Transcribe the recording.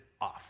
off